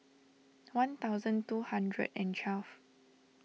one thousand two hundred and twelve